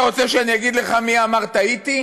אתה רוצה שאני אגיד לך מי אמר "טעיתי"?